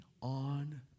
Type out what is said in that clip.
on